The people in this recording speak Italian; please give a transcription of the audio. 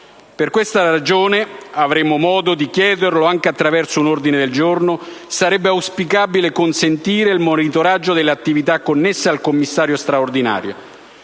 Per questa ragione, ed avremo modo di chiederlo anche attraverso un ordine del giorno, sarebbe auspicabile consentire il monitoraggio delle attività connesse al commissariamento straordinario,